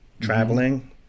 traveling